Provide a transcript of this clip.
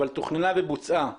אבל תוכננה ובוצעה